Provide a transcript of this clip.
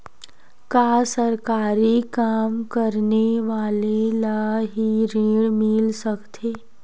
का सरकारी काम करने वाले ल हि ऋण मिल सकथे?